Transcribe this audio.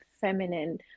feminine